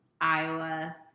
Iowa